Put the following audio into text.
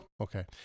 Okay